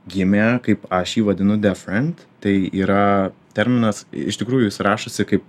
gimė kaip aš jį vadinu deaf friend tai yra terminas iš tikrųjų jis rašosi kaip